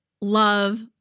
love